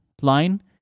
line